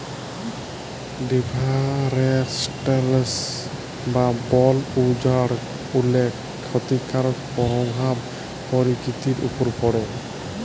deforestation বা বল উজাড় অলেক খ্যতিকারক পরভাব পরকিতির উপর পড়ে